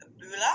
Bula